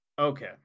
Okay